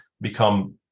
become